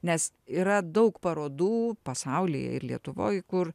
nes yra daug parodų pasaulyje ir lietuvoj kur